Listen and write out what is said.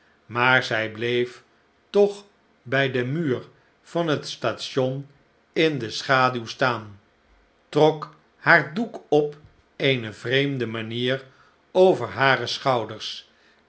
maar zij bleef toch bij den muur van het station in de schaduw staan trok haar zegepkaal van meveouw spaesit doek op eene vreemde manier over hare schouders